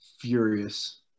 Furious